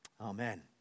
Amen